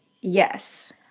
Yes